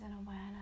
awareness